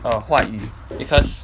err 话语 because